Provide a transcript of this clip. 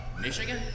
Michigan